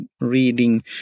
reading